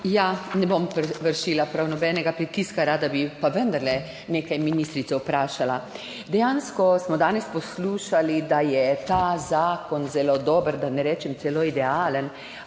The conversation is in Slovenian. Ja, ne bom vršila prav nobenega pritiska, rada bi pa vendarle nekaj ministrico vprašala. Dejansko smo danes poslušali, da je ta zakon zelo dober, da ne rečem celo idealen,